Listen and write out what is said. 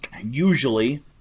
usually